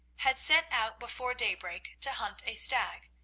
had set out before daybreak to hunt a stag,